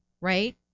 right